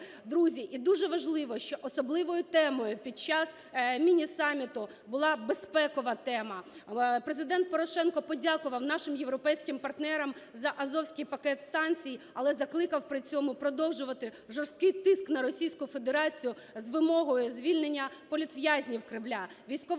Друзі, і дуже важливо, що особливою темою під час міні-саміту була безпекова тема. Президент Порошенко подякував нашим європейським партнерам за азовський пакет санкцій, але закликав при цьому продовжувати жорсткий тиск на Російську Федерацію з вимогою звільнення політв'язнів Кремля, військовополонених